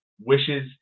wishes